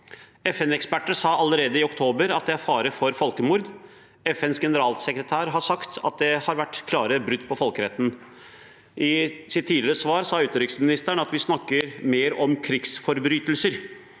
FN-eksperter sa allerede i oktober at det er fare for folkemord. FNs generalsekretær har sagt at det har vært klare brudd på folkeretten. I sitt tidligere svar sa utenriksministeren at vi snakker mer om krigsforbrytelser.